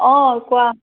অঁ কোৱা